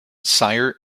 sire